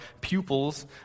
pupils